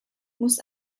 muss